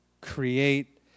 create